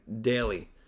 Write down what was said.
daily